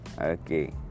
okay